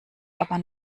aber